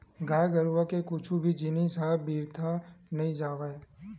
गाय गरुवा के कुछु भी जिनिस ह बिरथा नइ जावय